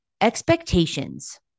expectations